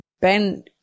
Ben